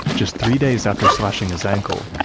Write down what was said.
just three days after slashing his ankle,